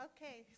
Okay